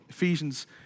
Ephesians